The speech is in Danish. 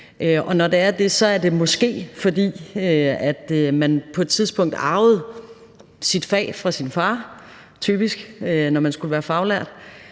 når det er det, er det måske, fordi man på et tidspunkt typisk arvede sit fag fra sin far, når man skulle være faglært,